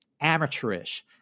amateurish